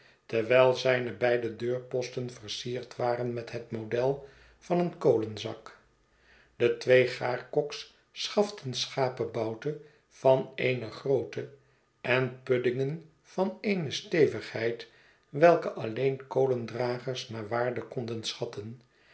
terwijl zijne beide deurposten versierd waren met het model van een kolenzak de twee gaarkoks schaften schapebouten van eene grootte en puddingen van eene stevigheid welke alleen kolendragers naar waarde konden schatten